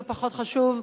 לא פחות חשוב,